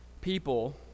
People